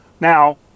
Now